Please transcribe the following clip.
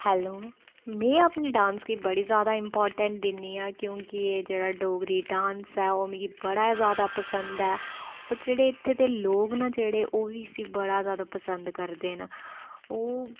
hello में अपने dance गी बड़ी ज्यादा इम्पार्टैंट दिन्नी आं क्योकि एह् जेह्ड़ा डोगरी डांस ऐ मिगी बड़ा ज्य़ादा पसंद ऐ होर जेह्ड़े इत्थै दे लोक न जेह्ड़े ओह् बी इसगी बड़ा ज्यादा पसंद करदे न ओह्